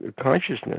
consciousness